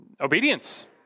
Obedience